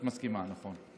את מסכימה, נכון.